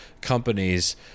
companies